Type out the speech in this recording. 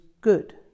good